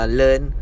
learn